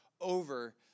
over